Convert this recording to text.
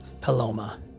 Paloma